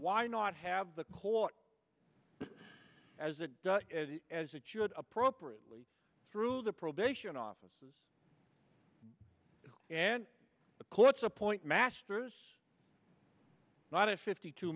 why not have the court as it does as it should appropriately through the probation officers and the courts appoint masters not to fifty two